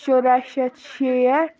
شُراہ شیٚتھ شیٹھ